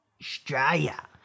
Australia